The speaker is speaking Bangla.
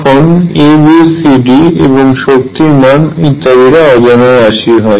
এখন A B C D এবং শক্তির মান ইত্যাদিরা অজানা রাশি হয়